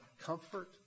comfort